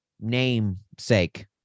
namesake